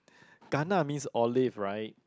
gana means olive right